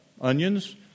onions